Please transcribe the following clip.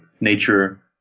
nature